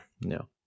no